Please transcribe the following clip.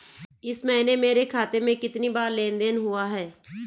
इस महीने मेरे खाते में कितनी बार लेन लेन देन हुआ है?